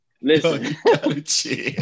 Listen